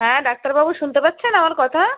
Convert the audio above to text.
হ্যাঁ ডাক্তারবাবু শুনতে পাচ্ছেন আমার কথা